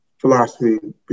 philosophy